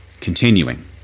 Continuing